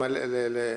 לנהל.